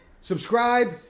Subscribe